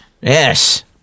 Yes